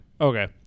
Okay